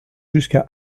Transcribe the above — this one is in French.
jusqu’à